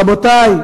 רבותי,